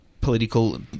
political